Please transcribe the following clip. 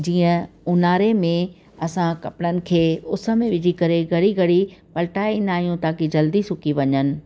जीअं ऊन्हारे में असां कपड़न खे उस में विझी करे घड़ी घड़ी पलटाए ईंदा आहियूं ताक़ी जल्दी सुकी वञनि